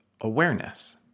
awareness